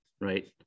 right